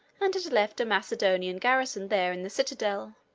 and had left a macedonian garrison there in the citadel.